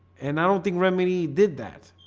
and i don't think remedy did that